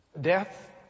Death